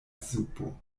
supo